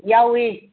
ꯌꯥꯎꯏ